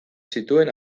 zituen